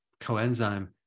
coenzyme